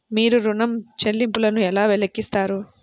మీరు ఋణ ల్లింపులను ఎలా లెక్కిస్తారు?